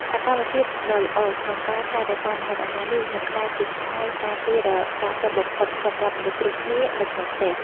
សកម្មភាពដ៏ល្អក្នុងការថែរក្សាម្ហូបអាហារនេះនឹងក្លាយជាខែលការពារដ៏ស័ក្តិសិទ្ធិបំផុតសម្រាប់មនុស្សគ្រប់គ្នានៅក្នុងផ្ទះ។